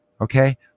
Okay